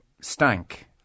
Stank